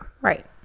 Right